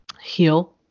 heal